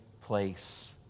place